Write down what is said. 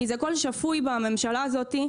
כי זה קול שפוי בממשלה הזאת.